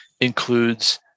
includes